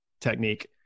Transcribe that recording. technique